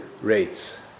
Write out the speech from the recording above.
rates